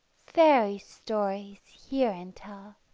fairy stories hear and tell.